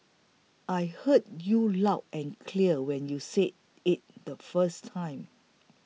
I heard you loud and clear when you said it the first time